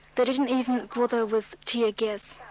they didn't even bother with tear gas.